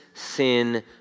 sin